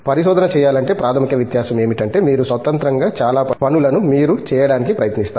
పరిశోధన చేయాలంటే ప్రాథమిక వ్యత్యాసం ఏమిటంటే మీరు స్వతంత్రంగా చాలా పనులను మీరే చేయడానికి ప్రయత్నిస్తారు